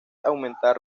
aumentar